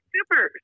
Super